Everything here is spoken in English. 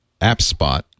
AppSpot